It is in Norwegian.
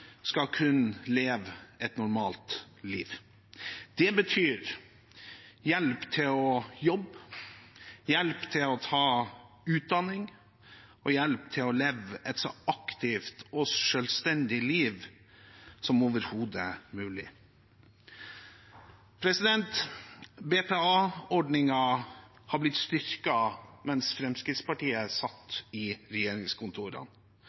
skal kunne leve et normalt liv. Det betyr hjelp til å jobbe, hjelp til å ta utdanning og hjelp til å leve et så aktivt og selvstendig liv som overhodet mulig. BPA-ordningen har blitt styrket mens Fremskrittspartiet satt i regjeringskontorene.